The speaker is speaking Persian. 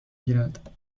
گیرد